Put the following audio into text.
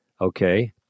Okay